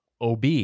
OB